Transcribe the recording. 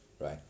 right